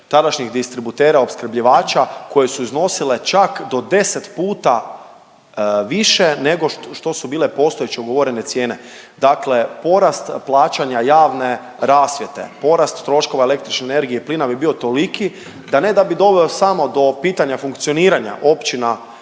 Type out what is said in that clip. tadašnjih distributera opskrbljivača koje su iznosile čak do 10 puta više nego što su bile postojeće ugovorene cijene. Dakle, porast plaćanja javne rasvjete, porast troškova električne energije i plina bi bio toliki da ne da bi doveo samo do pitanja funkcioniranja općina